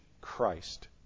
Christ